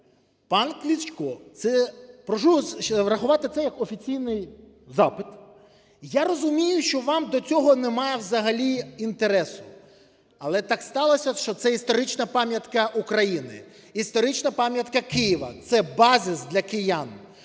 Пан Кличко, прошу вас врахувати це як офіційний запит. Я розумію, що вам до цього немає взагалі інтересу, але так сталося, що це історична пам'ятка України, історична пам'ятка Києва, це базиз для киян.